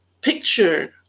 picture